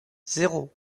zéro